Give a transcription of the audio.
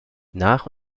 nach